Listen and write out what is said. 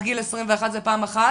זו פעם אחת.